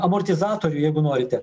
amortizatorių jeigu norite